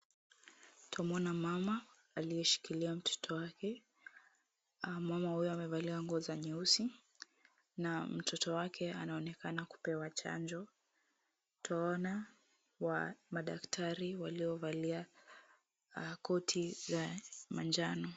Twamwona mama aliyeshikilia mtoto wake. Mama huyo amevalia nguo za nyeusi na mtoto wake anaonekana kupewa chanjo. Twaona madaktari waliovalia koti za manjano.